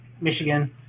Michigan